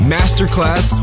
Masterclass